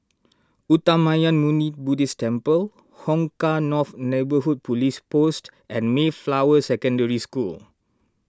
Uttamayanmuni Buddhist Temple Hong Kah North Neighbourhood Police Post and Mayflower Secondary School